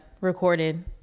Recorded